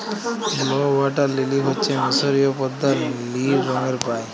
blue water lily হচ্যে মিসরীয় পদ্দা লিল রঙের পায়